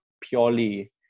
purely